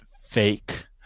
fake